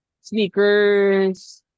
sneakers